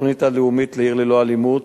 התוכנית הלאומית "עיר ללא אלימות"